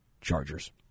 Chargers